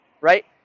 right